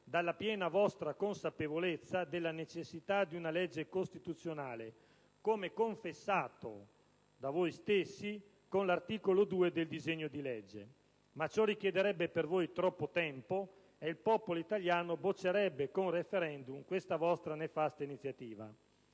dalla piena vostra consapevolezza della necessità di una legge costituzionale, come confessato da voi stessi con l'articolo 2 del disegno di legge. Ma ciò richiederebbe per voi troppo tempo e il popolo italiano boccerebbe con *referendum* questa vostra nefasta iniziativa.